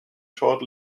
short